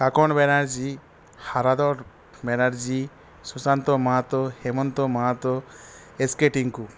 Kankan Banerjee Haradhan Banerjee Sushant Mahato Hemant Mahato SK Tinku